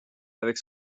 avec